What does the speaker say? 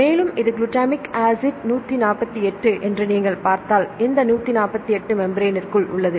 மேலும் இது glutamic acid 148 என்று நீங்கள் பார்த்தால் இந்த 148 மெம்ப்ரென்னிற்குள் உள்ளது